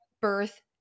birth